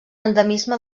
endemisme